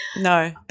no